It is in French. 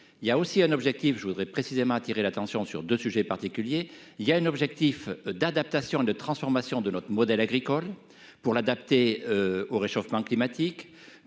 Il y a aussi un objectif je voudrais précisément attirer l'attention sur 2 sujets particuliers, il y a un objectif d'adaptation et de transformation de notre modèle agricole. Pour l'adapter au réchauffement climatique.